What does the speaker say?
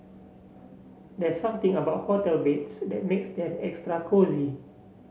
there something about hotel beds that makes them extra cosy